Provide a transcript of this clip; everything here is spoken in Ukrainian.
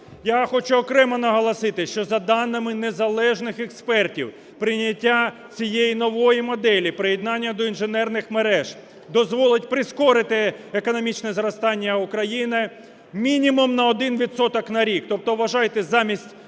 Я хочу окремо наголосити, що за даними незалежних експертів прийняття цієї нової моделі приєднання до інженерних мереж дозволить прискорити економічне зростання України мінімум на один відсоток на рік, тобто вважайте, замість 2-3